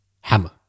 hammer